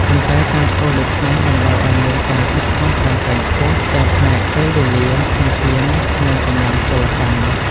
ប៉ុន្តែការធ្វើដូច្នេះ តម្រូវឲ្យមានការខិតខំប្រឹងប្រែងខ្ពស់ ទាំងផ្នែកពេលវេលា ធនធាន និងកម្លាំងពលកម្ម។